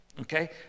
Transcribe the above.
okay